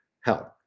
health